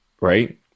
right